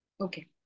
Okay